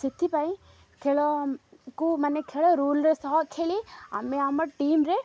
ସେଥିପାଇଁ ଖେଳକୁ ମାନେ ଖେଳ ରୁଲ୍ରେ ସହ ଖେଳି ଆମେ ଆମ ଟିମ୍ରେ